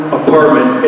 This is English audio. apartment